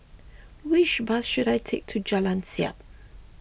which bus should I take to Jalan Siap